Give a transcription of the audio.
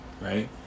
right